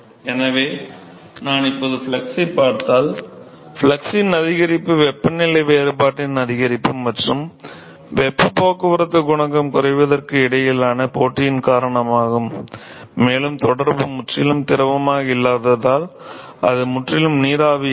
எனவே நான் இப்போது ஃப்ளக்ஸைப் பார்த்தால் ஃப்ளக்ஸின் அதிகரிப்பு வெப்பநிலை வேறுபாட்டின் அதிகரிப்பு மற்றும் வெப்பப் போக்குவரத்து குணகம் குறைவதற்கு இடையிலான போட்டியின் காரணமாகும் மேலும் தொடர்பு முற்றிலும் திரவமாக இல்லாததால் அது முற்றிலும் நீராவி அல்ல